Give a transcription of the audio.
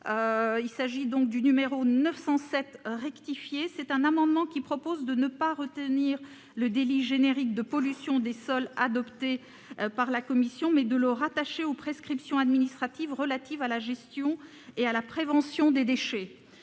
l'amendement n° 907 rectifié. Ses auteurs proposent de ne pas retenir le délit générique de pollution des sols adopté par la commission, mais de le rattacher aux prescriptions administratives relatives à la gestion et à la prévention des déchets.